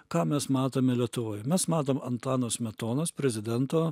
ką mes matome lietuvoj mes matom antano smetonos prezidento